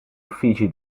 uffici